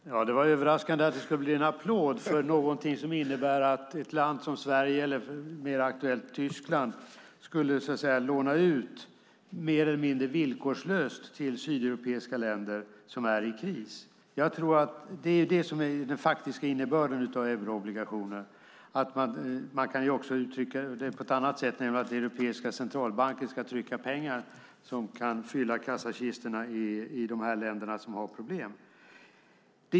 Fru talman! Det var överraskande att det skulle bli en applåd för någonting som innebär att ett land som Sverige eller, mer aktuellt, Tyskland skulle låna ut mer eller mindre villkorslöst till sydeuropeiska länder som är i kris. Det är den faktiska innebörden av euroobligationer. Man kan också uttrycka det på ett annat sätt, nämligen att Europeiska centralbanken ska trycka pengar som kan fylla kassakistorna i de länder som har problem.